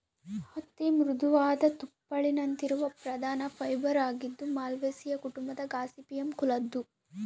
ಹತ್ತಿ ಮೃದುವಾದ ತುಪ್ಪುಳಿನಂತಿರುವ ಪ್ರಧಾನ ಫೈಬರ್ ಆಗಿದ್ದು ಮಾಲ್ವೇಸಿಯೇ ಕುಟುಂಬದ ಗಾಸಿಪಿಯಮ್ ಕುಲದ್ದು